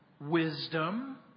Wisdom